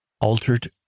altered